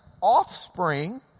offspring